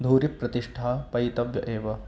धुरि प्रतिष्ठापयतव्य एव